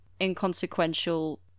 inconsequential